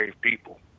people